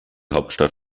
hauptstadt